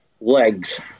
legs